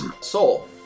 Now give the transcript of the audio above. soul